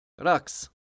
Rux